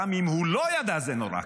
גם אם הוא לא ידע זה נורא,